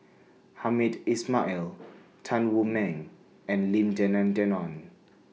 Hamed Ismail Tan Wu Meng and Lim Denan Denon